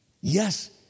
Yes